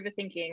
overthinking